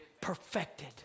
perfected